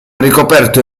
ricoperto